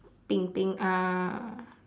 pink pink ah